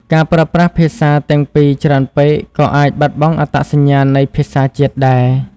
ការប្រើប្រាស់ភាសាទាំងពីរច្រើនពេកក៏អាចបាត់បង់អត្តសញ្ញាណនៃភាសាជាតិដែរ។